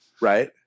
Right